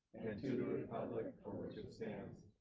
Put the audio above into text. and to the republic for which it stands,